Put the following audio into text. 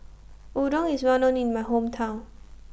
Udon IS Well known in My Hometown